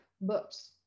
books